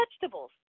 vegetables